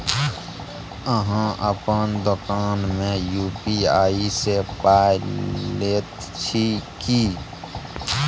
अहाँ अपन दोकान मे यू.पी.आई सँ पाय लैत छी की?